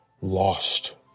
lost